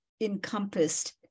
encompassed